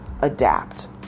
adapt